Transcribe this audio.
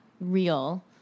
real